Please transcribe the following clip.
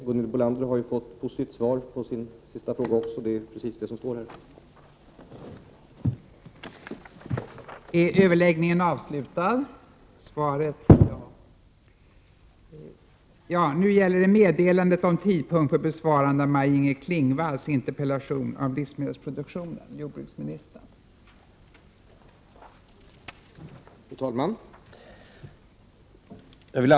Gunhild Bolander har ju fått ett positivt svar på sin sista fråga, det är precis det som står i svaret.